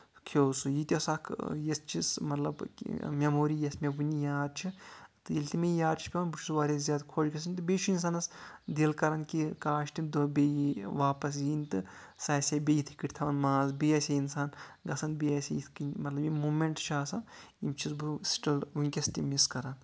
کھیٚوو سُہ یہِ تہِ ٲس اکھ یُتھ چیٖز مطلب کہِ میموری یۄس مےٚ ؤنہِ یاد چھےٚ تہٕ ییٚلہِ تہِ مےٚ یہِ یاد چھےٚ پیٚون بہٕ چھُس واریاہ زیادٕ خۄش گژھان تہٕ بیٚیہِ چھُ اِنسانَس دِل کَران کہِ کاش تِم دۄہ بیٚیہِ واپَس ینۍ تہٕ سۄ آسہِ ہا بیٚیہِ یِتھٕے کٲٹھۍ تھاوان ماز بیٚیہِ آسہِ ہا اِنسان گژھان بیٚیہِ آسہِ ہا یِتھۍ کٕنۍ مطلب یِم مومیٚنٛٹس چھِ آسان یِم چھُس بہٕ سٹِل ؤنۍکیٚس تہِ مِس کَران